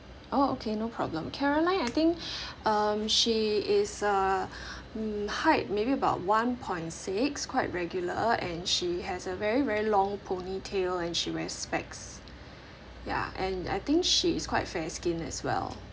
oh okay no problem caroline I think um she is uh mm height maybe about one point six quite regular and she has a very very long ponytail and she wear specs ya and I think she is quite fair skin as well